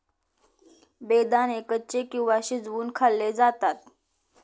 बेदाणे कच्चे किंवा शिजवुन खाल्ले जातात